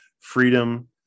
freedom